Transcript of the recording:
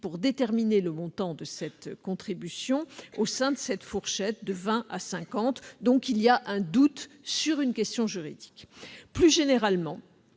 pour déterminer le montant de cette contribution au sein de cette fourchette de 20 à 50 euros. Il y a donc un doute sur une question juridique. D'autre part,